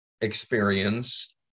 experience